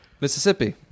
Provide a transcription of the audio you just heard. Mississippi